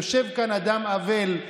יושב כאן אדם אבל.